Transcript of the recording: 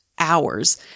hours